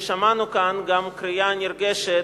ושמענו כאן גם קריאה נרגשת,